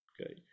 okay